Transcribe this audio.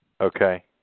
Okay